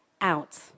out